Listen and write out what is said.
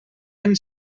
ens